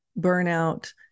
burnout